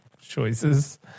choices